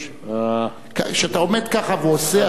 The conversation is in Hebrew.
כשאתה עומד ככה ועושה,